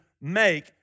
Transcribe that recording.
make